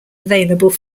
available